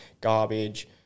garbage